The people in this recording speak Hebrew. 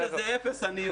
אפס.